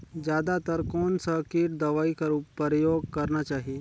जादा तर कोन स किट दवाई कर प्रयोग करना चाही?